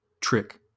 trick